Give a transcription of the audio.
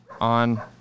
on